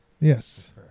Yes